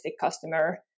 customer